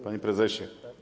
Panie Prezesie!